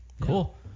Cool